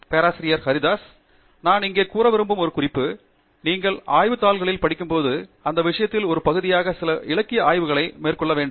பேராசிரியர் பிரதாப் ஹரிடாஸ் எனவே நான் இங்கே வெளியில் வர விரும்பும் ஒரு குறிப்பு நீங்கள் ஆய்வுத் தாள்களைப் படிக்கும்போது நீங்கள் இந்த விஷயத்தின் ஒரு பகுதியாக உங்களுக்குத் தெரியுமா சில இலக்கிய ஆய்வுகளை மேற்கொள்ள வேண்டும்